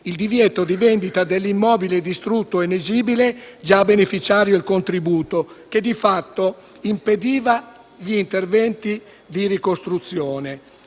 il divieto di vendita dell'immobile distrutto e inagibile già beneficiario di contributo, che di fatto impediva gli interventi di ricostruzione.